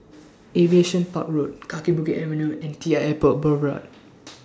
Aviation Park Road Kaki Bukit Avenue and T L Airport Boulevard